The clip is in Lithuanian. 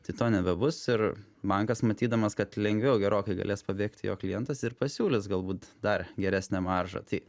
tai to nebebus ir bankas matydamas kad lengviau gerokai galės pabėgti jo klientas ir pasiūlys galbūt dar geresnę maržą tai